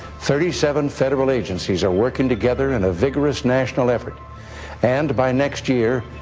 thirty seven federal agencies are working together in a vigorous national effort and, by next year,